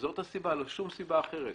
זאת הסיבה ולא שום סיבה אחרת.